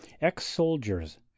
ex-soldiers